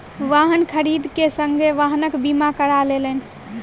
वाहन खरीद के संगे वाहनक बीमा करा लेलैन